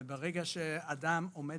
וברגע שאדם עומד